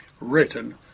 written